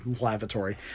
Lavatory